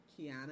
Kiana